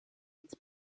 its